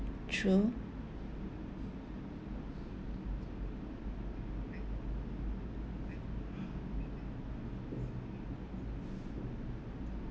true